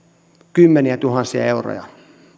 kymmeniätuhansia euroja